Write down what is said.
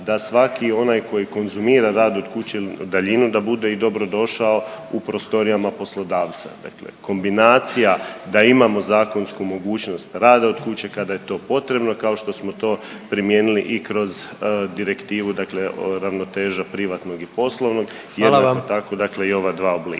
da svaki onaj koji konzumira rad od kuće ili na daljinu da bude i dobrodošao u prostorijama poslodavca. Dakle, kombinacija da imamo zakonsku mogućnost rada od kuće kada je to potrebno, kao što smo to primijenili i kroz direktivu dakle ravnoteža privatnog i poslovnog …/Upadica predsjednik: